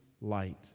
light